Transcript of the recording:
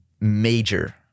major